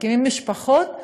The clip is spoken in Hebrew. מקימים משפחות,